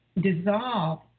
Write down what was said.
dissolve